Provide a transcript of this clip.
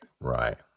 Right